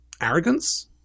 arrogance